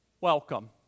welcome